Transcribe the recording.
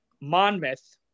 Monmouth